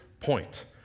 Point